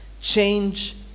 Change